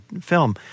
film